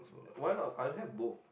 one I I'll have both